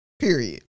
Period